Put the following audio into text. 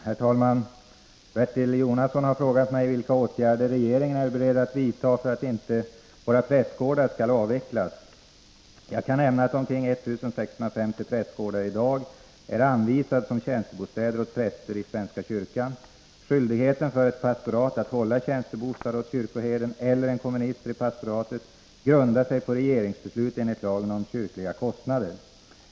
Herr talman! Bertil Jonasson har frågat mig vilka åtgärder regeringen är beredd att vidta för att inte våra prästgårdar skall avvecklas. Jag kan nämna att omkring 1 650 prästgårdar i dag är anvisade som tjänstebostäder åt präster i svenska kyrkan. Skyldigheten för ett pastorat att hålla tjänstebostad åt kyrkoherden eller en komminister i pastoratet grundar sig på regeringsbeslut enligt lagen om kyrkliga kostnader.